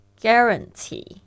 guarantee